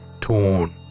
torn